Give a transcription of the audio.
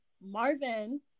Marvin